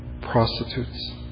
prostitutes